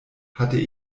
hatte